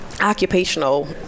Occupational